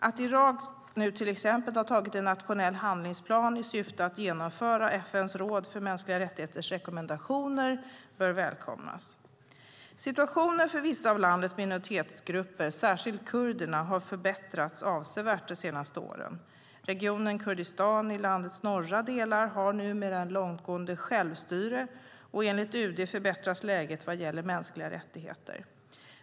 Att Irak nu till exempel har tagit fram en nationell handlingsplan i syfte att genomföra FN:s råd för mänskliga rättigheters rekommendationer bör välkomnas. Situationen för vissa av landets minoritetsgrupper, särskilt kurderna, har förbättrats avsevärt de senaste åren. Regionen Kurdistan i landets norra delar har numera ett långtgående självstyre, och enligt UD förbättras läget vad gäller mänskliga rättigheter.